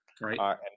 Right